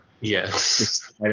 Yes